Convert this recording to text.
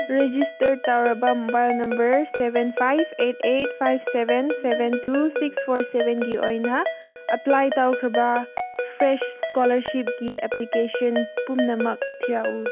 register ꯇꯧꯔꯕ mobile number seven five eight eight five seven seven two six four ꯁꯕꯦꯟꯒꯤ ꯑꯣꯏꯅ apply ꯇꯧꯈ꯭ꯔꯕ fresh ꯏꯁꯀꯣꯂꯔꯁꯤꯞꯀꯤ ꯑꯦꯄ꯭ꯂꯤꯀꯦꯁꯟ ꯄꯨꯝꯅꯃꯛ ꯊꯤꯔꯛꯎ